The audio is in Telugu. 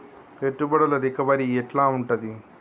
పెట్టుబడుల రికవరీ ఎట్ల ఉంటది?